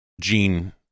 jean